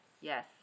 Yes